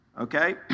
Okay